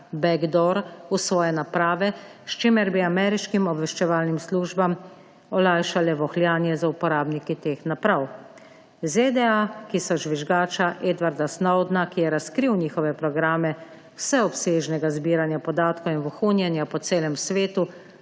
backdoor, v svoje naprave, s čimer bi ameriškim obveščevalnim službam olajšale vohljanje za uporabniki teh naprav. ZDA so žvižgača Edwarda Snowdna, ki je razkril njihove programe vseobsežnega zbiranja podatkov in vohunjenja po celem svetu,